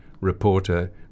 reporter